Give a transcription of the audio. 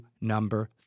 number